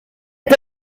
est